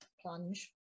plunge